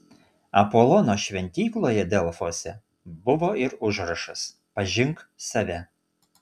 apolono šventykloje delfuose buvo ir užrašas pažink save